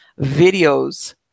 videos